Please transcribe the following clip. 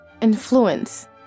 Influence